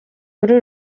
muri